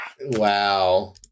Wow